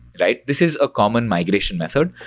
right? this is a common migration method.